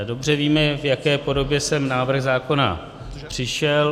Dobře víme, v jaké podobě sem návrh zákona přišel.